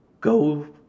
Go